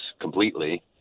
completely